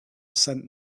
sent